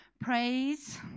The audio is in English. praise